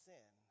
Sin